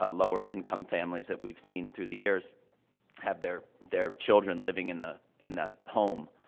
ah lower-income families that we've seen through the years have their their children living in the in the home,